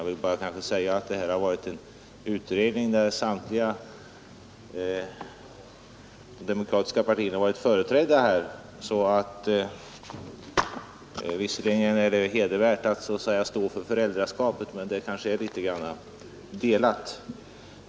Jag vill bara säga att det har varit en utredning där samtliga demokratiska partier varit företrädda. Visserligen är det väl hedervärt att stå för föräldraskapet, men detta är kanske litet delat.